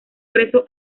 preso